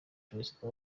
perezida